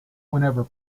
whenever